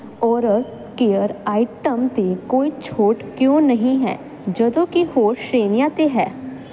oral care item 'ਤੇ ਕੋਈ ਛੋਟ ਕਿਉਂ ਨਹੀਂ ਹੈ ਜਦੋਂ ਕਿ ਹੋਰ ਸ਼੍ਰੇਣੀਆਂ 'ਤੇ ਹੈ